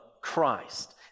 Christ